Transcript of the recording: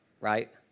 Right